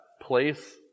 place